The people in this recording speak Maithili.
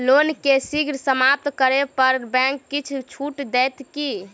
लोन केँ शीघ्र समाप्त करै पर बैंक किछ छुट देत की